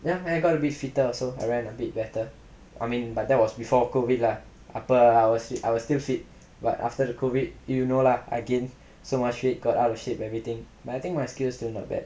then I got a bit fitter also I ran a bit better I mean like that was before COVID lah அப்ப:appa I was I was still fit but after the COVID you know lah I gained so much weight got out of shape everything but I think my skills still not bad